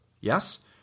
Yes